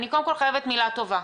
אני קודם כל חייבת מילה טובה,